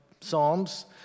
Psalms